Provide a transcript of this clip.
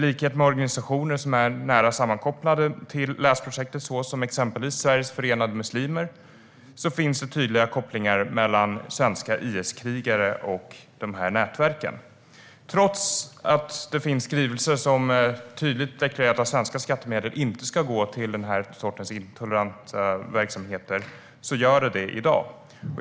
I organisationer som är nära kopplade till Läsprojektet, exempelvis Sveriges Förenade Muslimer, finns det tydliga kopplingar mellan svenska IS-krigare och de här nätverken. Trots att det finns skrivelser som tydligt deklarerar att svenska skattemedel inte ska gå till den här sortens intoleranta verksamheter gör de det i dag.